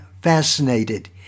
fascinated